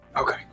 Okay